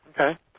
Okay